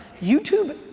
youtube,